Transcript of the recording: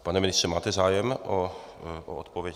Pane ministře, máte zájem o odpověď?